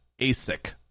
ASIC